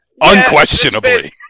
Unquestionably